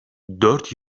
dört